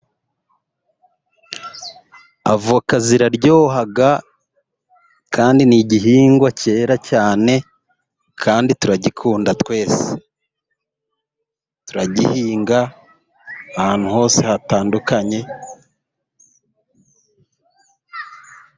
Avoka ziraryoha kandi ni igihingwa cyera cyane, kandi turagikunda twese. Turagihinga ahantu hose hatandukanye.